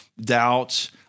doubts